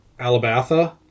Alabatha